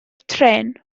trên